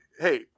hey